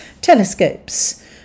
telescopes